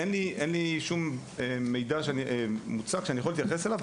אין לנו שום דבר שמאפשר לנו להתייחס לזה.